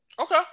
Okay